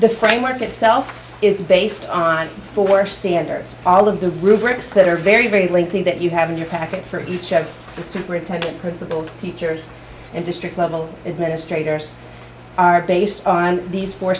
the framework itself is based on four standards all of the rubrics that are very very likely that you have in your packet for each of the superintendent principal teachers and district level administrators are based on these four